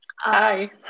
Hi